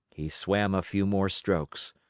he swam a few more strokes.